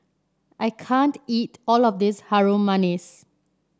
I can't eat all of this Harum Manis